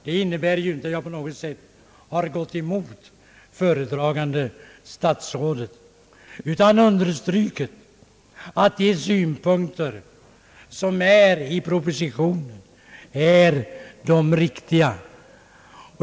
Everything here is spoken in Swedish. Det innebär ju inte att jag på något sätt har gått emot föredragande statsrådet. Jag har tvärtom understrukit att de synpunkter som framförts i propositionen är de riktiga.